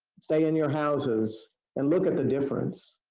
stay in your houses and look at the difference.